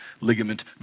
ligament